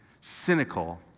cynical